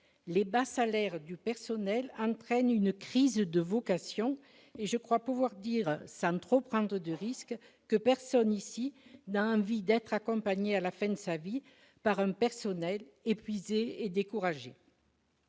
Les bas salaires du personnel entraînent une crise des vocations, et je crois pouvoir dire, sans trop prendre de risque, que personne ici n'a envie d'être accompagné à la fin de sa vie par un personnel épuisé et découragé.